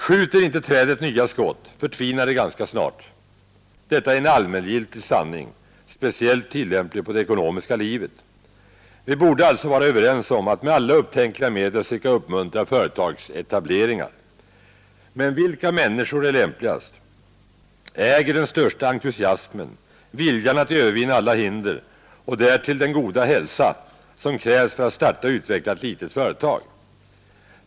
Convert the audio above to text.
Skjuter inte trädet nya skott förtvinar det ganska snart. Detta är en allmängiltig sanning speciellt tillämplig på det ekonomiska livet. Vi borde alltså vara överens om att med alla upptänkliga medel söka uppmuntra företagsetableringar. Men vilka människor är lämpligast, äger den största entusiasmen, viljan att övervinna alla hinder och har därtill den goda hälsa som krävs för att starta och utveckla ett litet företag?